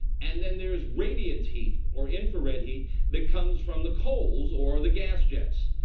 and then there is radiant heat or infrared heat that comes from the coals or the gas jets.